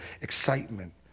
excitement